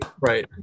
Right